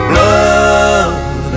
Blood